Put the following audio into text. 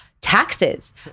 taxes